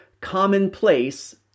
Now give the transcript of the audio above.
commonplace